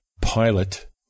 Pilot